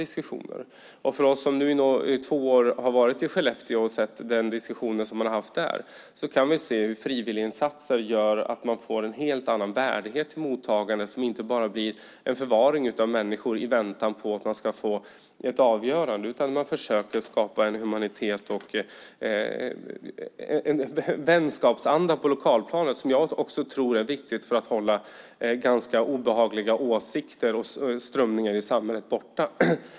Vi som under två år har gjort besök i Skellefteå och följt diskussionen där har kunnat se hur frivilliginsatser gör att man får en helt annan värdighet i mottagandet så att det inte bara blir en förvaring av människor i väntan på att de ska få ett avgörande. Man försöker skapa en humanitet och en vänskapsanda på lokalplanet. Det tror jag är viktigt för att man ska hålla ganska obehagliga åsikter och strömningar i samhället borta.